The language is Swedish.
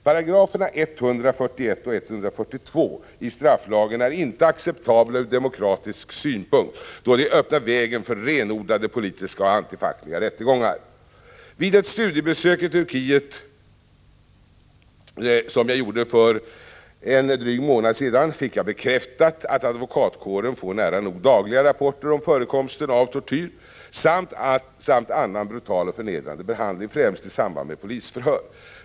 Paragraferna 141 och 142 i strafflagen är inte acceptabla ur demokratisk synpunkt, då de öppnar vägen för renodlade politiska och antifackliga rättegångar. Vid ett studiebesök som jag gjorde i Turkiet för en dryg månad sedan fick jag bekräftat att advokatkåren får nära nog dagliga rapporter om förekomsten av tortyr samt annan brutal och förnedrande behandling, främst i samband med polisförhör.